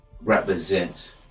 represents